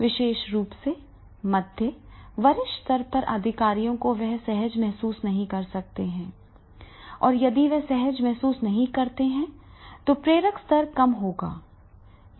विशेष रूप से मध्य वरिष्ठ स्तर के अधिकारियों को वे सहज महसूस नहीं कर सकते हैं और यदि वे सहज महसूस नहीं करते हैं तो प्रेरक स्तर कम होगा